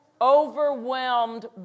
overwhelmed